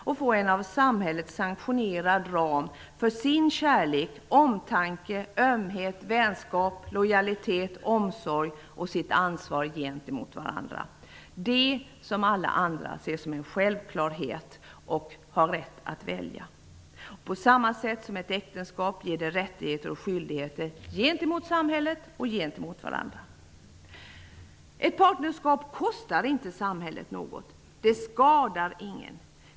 De kan få en av samhället sanktionerad ram för sin kärlek, omtanke, ömhet, vänskap, lojalitet, omsorg och sitt ansvar gentemot varandra, något som alla andra ser som en självklar rätt att kunna välja. På samma sätt som ett äktenskap, ger ett partnerskap rättigheter och skyldigheter gentemot samhället och varandra. Ett partnerskap kostar inte samhället något. Det skadar ingen.